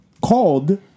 called